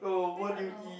I don't know